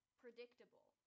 predictable